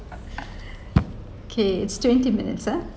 K it's twenty two minutes ah